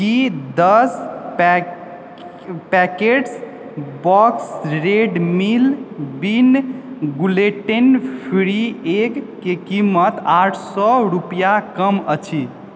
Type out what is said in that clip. की दस पैकेटसभ Bob's Red Mill बिना ग्लुटेन फ्री एगके कीमत आठ सए रुपैआसँ कम अछि